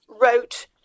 wrote